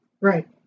right